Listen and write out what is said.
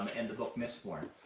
and the book mistborn.